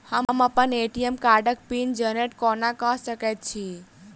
हम अप्पन ए.टी.एम कार्डक पिन जेनरेट कोना कऽ सकैत छी?